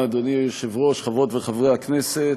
אדוני היושב-ראש, תודה רבה, חברות וחברי הכנסת,